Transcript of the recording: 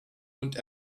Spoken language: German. und